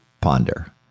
ponder